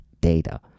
data